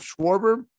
Schwarber